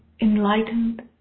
enlightened